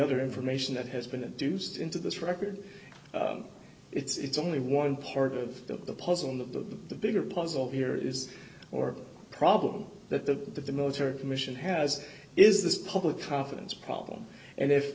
other information that has been induced into this record it's only one part of the puzzle in the the bigger puzzle here is or problem that the military commission has is this public confidence problem and if